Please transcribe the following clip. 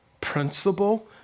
principle